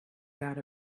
got